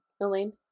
Elaine